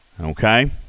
Okay